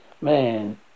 Man